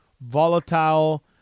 volatile